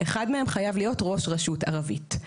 אחד מהם חייב להיות ראש רשות ערבית.